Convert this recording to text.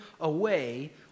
away